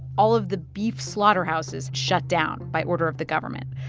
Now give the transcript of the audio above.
all of the beef slaughterhouses shut down by order of the government.